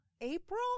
April